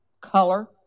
color